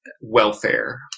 welfare